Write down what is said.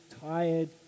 tired